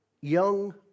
Young